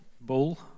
bull